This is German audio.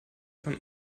von